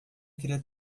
queria